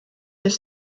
their